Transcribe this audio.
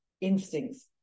instincts